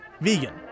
Vegan